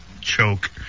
Choke